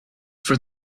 for